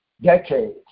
decades